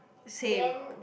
same